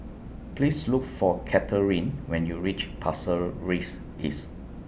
Please Look For Kathryne when YOU REACH Pasir Ris East